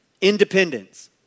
Independence